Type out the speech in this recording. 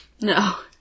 No